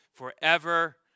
forever